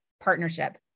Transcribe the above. partnership